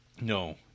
No